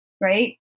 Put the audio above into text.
Right